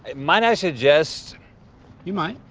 might i suggest you might.